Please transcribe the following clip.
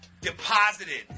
Deposited